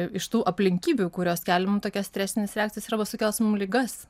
iš tų aplinkybių kurios kelia mum tokias stresines reakcijas arba sukels mum ligas